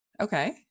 Okay